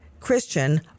Christian